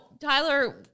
Tyler